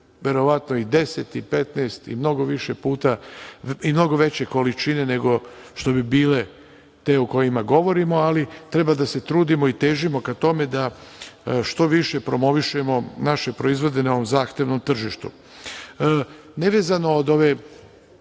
verovatno i 10, i 15, i mnogo više puta i mnogo veće količine nego što bi bile te o kojima govorimo, ali treba da se trudimo i težimo ka tome da što više promovišemo naše proizvode na ovom zahtevnom tržištu. Nevezano od ovog